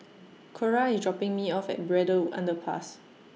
Cora IS dropping Me off At Braddell Underpass